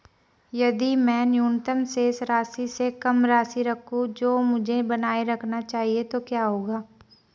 यदि मैं न्यूनतम शेष राशि से कम राशि रखूं जो मुझे बनाए रखना चाहिए तो क्या होगा?